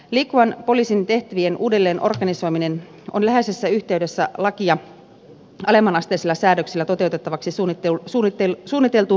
liikkuvan poliisin tehtävien uudelleenorganisoiminen on läheisessä yhteydessä alemmanasteisilla säädöksillä toteuttavaksi suunniteltuun paikallispoliisin organisaatiouudistukseen